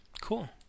Cool